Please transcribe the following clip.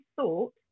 thought